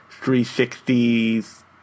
360's